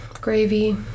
gravy